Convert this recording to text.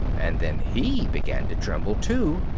and then he began to tremble too,